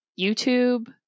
YouTube